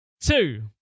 Two